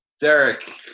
Derek